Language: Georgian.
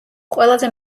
ყველაზე